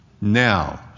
Now